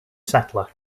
settler